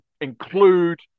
include